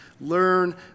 learn